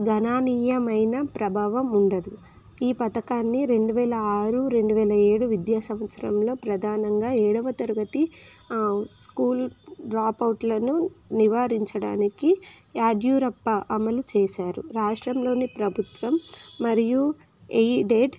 గణనీయమైన ప్రభావం ఉండదు ఈ పథకాన్ని రెండువేల ఆరు రెండువేల ఏడు విద్యా సంవత్సరంలో ప్రధానంగా ఏడవ తరగతి స్కూల్ డ్రాప్ అవుట్లను నివారించడానికి యాడ్యూరప్ప అమలు చేశారు రాష్ట్రంలోని ప్రభుత్వం మరియు ఎయిడెడ్